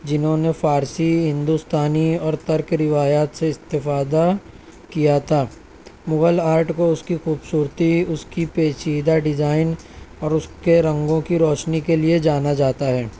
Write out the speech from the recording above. جنھوں نے فارسی ہندوستانی اور تُرک روایات سے استفادہ کیا تھا مغل آرٹ کو اس کی خوبصورتی اس کی پیچیدہ ڈیزائن اور اس کے رنگوں کی روشنی کے لئے جانا جاتا ہے